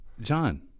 John